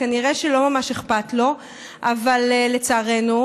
כנראה שלא ממש אכפת לו, לצערנו.